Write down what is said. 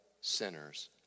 sinners